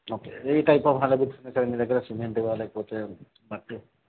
okay ఏ type of hollow bricks దొరుకుతాయి మీ దగ్గర సిమెంట్వా లేకపోతే మట్టివా